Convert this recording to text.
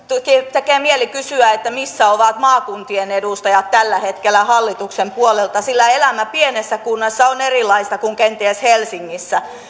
tekee mieli kysyä missä ovat maakuntien edustajat tällä hetkellä hallituksen puolelta sillä elämä pienessä kunnassa on erilaista kuin kenties helsingissä